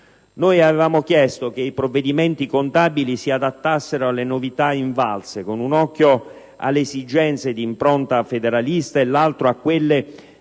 Noi avevamo chiesto che i provvedimenti contabili si adattassero alle novità invalse, con un occhio alle esigenze di impronta federalista e con l'altro a quelle di far